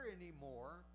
anymore